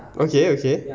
okay okay